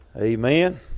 Amen